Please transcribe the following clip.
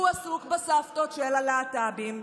הוא עסוק בסבתות של הלהט"בים.